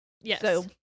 Yes